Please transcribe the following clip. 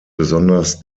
besonders